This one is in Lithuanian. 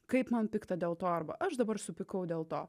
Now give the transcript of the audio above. kaip man pikta dėl to arba aš dabar supykau dėl to